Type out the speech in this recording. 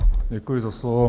Děkuji za slovo.